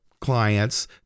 clients